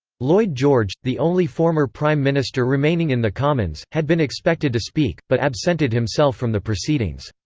lloyd george, the only former prime minister remaining in the commons, had been expected to speak, but absented himself from the proceedings.